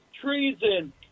treason